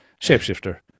shapeshifter